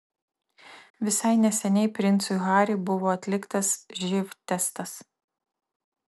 visai neseniai princui harry buvo atliktas živ testas